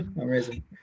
amazing